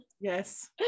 yes